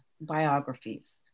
biographies